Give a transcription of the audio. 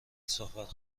صحبت